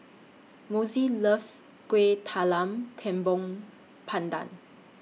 Mossie loves Kueh Talam Tepong Pandan